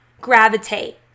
gravitate